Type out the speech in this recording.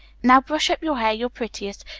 now brush up your hair your prettiest,